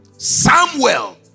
Samuel